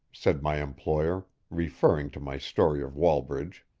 said my employer, referring to my story of wallbridge.